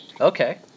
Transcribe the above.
Okay